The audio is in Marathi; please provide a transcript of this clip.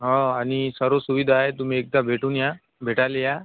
हो आणि सर्व सुविधा आहेत तुम्ही एकदा भेटून या भेटायला या